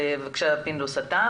ח"כ פינדרוס בבקשה.